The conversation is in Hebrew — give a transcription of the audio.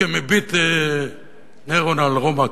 כמביט נירון על רומא,